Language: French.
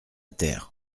terre